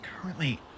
currently